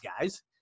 guys